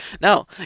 No